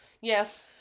Yes